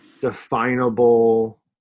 definable